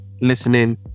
listening